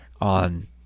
on